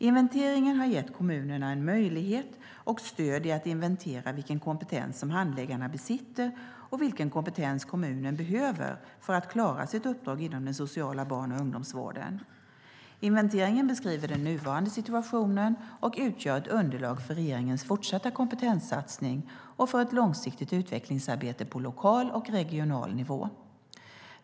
Inventeringen har gett kommunerna en möjlighet och stöd i att inventera vilken kompetens som handläggarna besitter och vilken kompetens kommunen behöver för att klara sitt uppdrag inom den sociala barn och ungdomsvården. Inventeringen beskriver den nuvarande situationen och utgör ett underlag för regeringens fortsatta kompetenssatsning och för ett långsiktigt utvecklingsarbete på lokal och regional nivå.